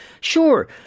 Sure